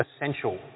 essential